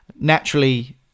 Naturally